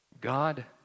God